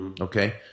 Okay